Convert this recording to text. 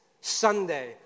Sunday